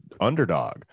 underdog